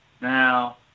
Now